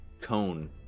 cone